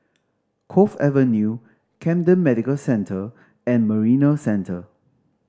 Cove Avenue Camden Medical Centre and Marina Centre